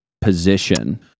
position